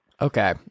Okay